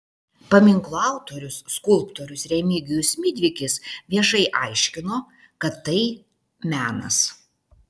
paminklo autorius skulptorius remigijus midvikis viešai aiškino kad tai menas